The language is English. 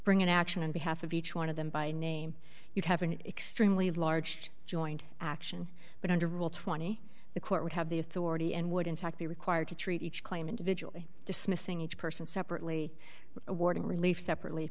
bring an action on behalf of each one of them by name you'd have an extremely large joint action but under rule twenty the court would have the authority and would in fact be required to treat each claim individually dismissing each person separately awarding relief separately